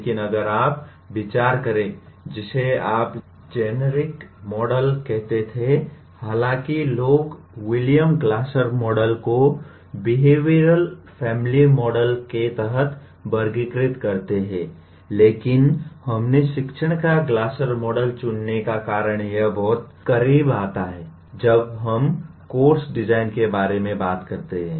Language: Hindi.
लेकिन अगर आप विचार करें जिसे आप जेनेरिक मॉडल कहते थे हालांकि लोग William Glasser model William Glasser's Model को बिहेवियरल फॅमिली मॉडल के तहत वर्गीकृत करते हैं लेकिन हमने शिक्षण का ग्लासर मॉडल Glasser's Model चुनने का कारण यह बहुत करीब आता है जब हम कोर्स डिजाइन के बारे में बात करते हैं